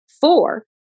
Four